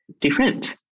different